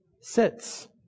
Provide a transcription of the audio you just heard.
sits